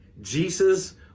Jesus